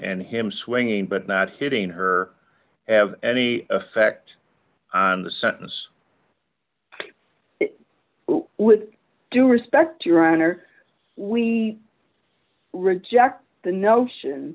and him swinging but not hitting her have any effect on the sentence i would do respect your honor we reject the notion